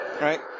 Right